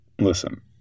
Listen